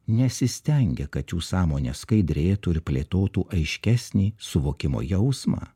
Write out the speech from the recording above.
nesistengia kad jų sąmonė skaidrėtų ir plėtotų aiškesnį suvokimo jausmą